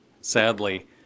sadly